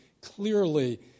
clearly